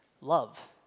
love